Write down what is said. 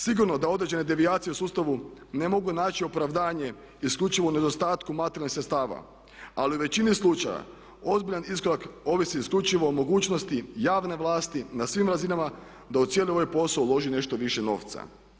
Sigurno da određene devijacije u sustavu ne mogu naći opravdanje isključivo u nedostatku materijalnih sredstava, ali u većini slučaja ozbiljan iskorak ovisi isključivo o mogućnosti javne vlasti na svim razinama, da u cijeli ovaj posao uloži nešto više novca.